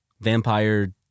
Vampire